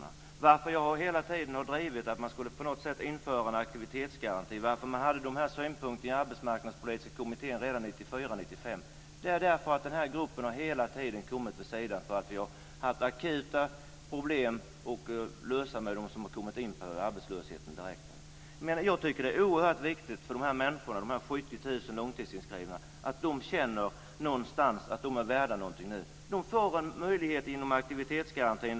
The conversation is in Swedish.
Anledningen till att jag hela tiden har drivit frågan om att på något sätt införa en aktivitetsgaranti och till att man hade dessa synpunkter i arbetsmarknadspolitiska kommittén redan 1994 och 1995 är att denna grupp hela tiden har hamnat vid sidan om därför att vi har haft akuta problem att lösa när det har gällt de som precis har blivit arbetslösa. Jag tycker att det är oerhört viktigt att dessa 70 000 långtidsinskrivna någonstans känner att de är värda någonting. De får en möjlighet genom aktivitetsgarantin.